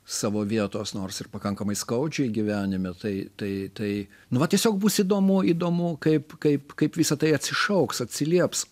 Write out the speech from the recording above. savo vietos nors ir pakankamai skaudžiai gyvenime tai tai tai nu vat tiesiog bus įdomu įdomu kaip kaip kaip visa tai atsišauks atsilieps